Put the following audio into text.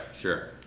sure